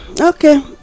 okay